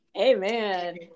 Amen